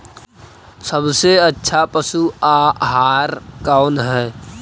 सबसे अच्छा पशु आहार कौन है?